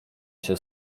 się